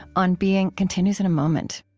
on being continues in a moment